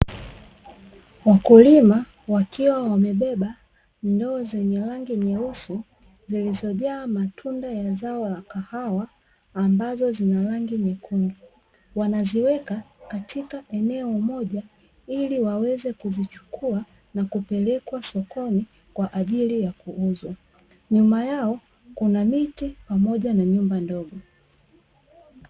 wakulima wakiwa wamebeba ndoo zenye rangi nyeusi zilizojaa matunda ya zao la kahawa ambazo zina rangi nyekundu ,wanaziweka katika eneo moja ili waweze kuzichukua na kupelekwa sokoni kwaajili ya kuuzwa .nyuma yao kuna miti pamoja na nyumba ndogo .